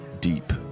deep